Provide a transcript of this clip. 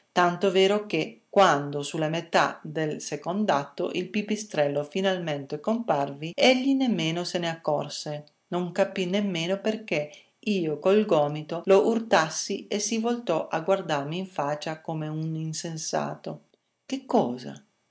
tanto vero che quando sulla metà del second'atto il pipistrello finalmente comparve egli nemmeno se n'accorse non capì nemmeno perché io col gomito lo urtassi e si voltò a guardarmi in faccia come un insensato che cosa